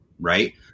right